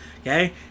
okay